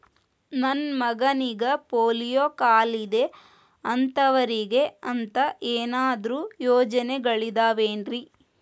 ನನ್ನ ಮಗನಿಗ ಪೋಲಿಯೋ ಕಾಲಿದೆ ಅಂತವರಿಗ ಅಂತ ಏನಾದರೂ ಯೋಜನೆಗಳಿದಾವೇನ್ರಿ?